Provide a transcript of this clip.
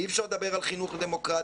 אי אפשר לדבר על חינוך לדמוקרטיה,